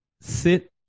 sit